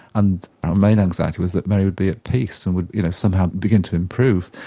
and our main anxiety was that mary would be at peace, and would you know somehow begin to improve.